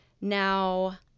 Now